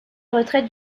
retraite